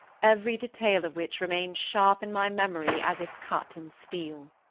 every detail of which remains sharp in my memory as if cut in steel.